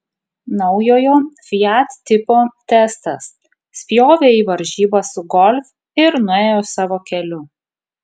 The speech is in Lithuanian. naujojo fiat tipo testas spjovė į varžybas su golf ir nuėjo savo keliu